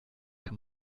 kann